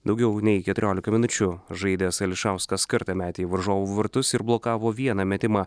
daugiau nei keturiolika minučių žaidęs ališauskas kartą metė į varžovų vartus ir blokavo vieną metimą